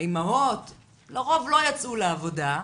לרוב האימהות לא יצאו לעבודה,